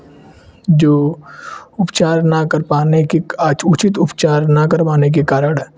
जो उपचार ना कर पाने के उचित उपचार ना करवाने के कारण